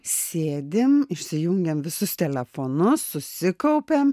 sėdim išsijungiam visus telefonus susikaupiam